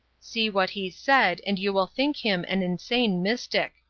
see what he said and you will think him an insane mystic.